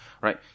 right